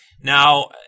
Now